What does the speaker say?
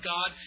God